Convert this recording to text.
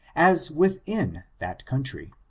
as within that country.